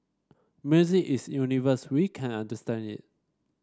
music is universal we can understand it